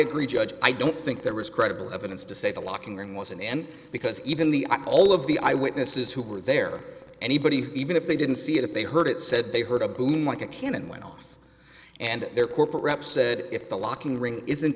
agree judge i don't think there was credible evidence to say the locker room was in the end because even the all of the eyewitnesses who were there anybody who even if they didn't see it if they heard it said they heard a boom like a cannon went off and their corporate reps said if the locking ring isn't